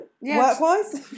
work-wise